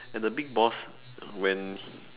and the big boss when